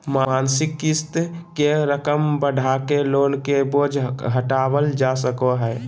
मासिक क़िस्त के रकम बढ़ाके लोन के बोझ घटावल जा सको हय